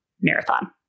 marathon